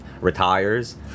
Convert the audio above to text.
retires